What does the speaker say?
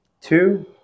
two